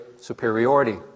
superiority